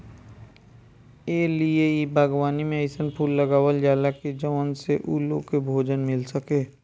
ए लिए इ बागवानी में अइसन फूल लगावल जाला की जवना से उ लोग के भोजन मिल सके